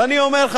ואני אומר,